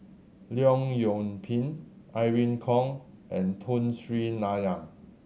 Leong Yoon Pin Irene Khong and Tun Sri Lanang